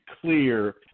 clear